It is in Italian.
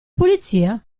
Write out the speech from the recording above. polizia